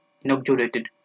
inaugurated